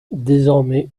désormais